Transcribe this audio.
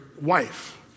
wife